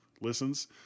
listens